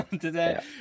today